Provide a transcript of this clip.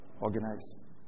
Organized